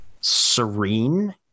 serene